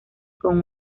con